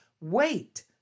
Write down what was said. wait